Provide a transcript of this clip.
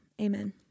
amen